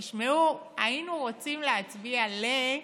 ואז: תשמעו, היינו רוצים להצביע ל-,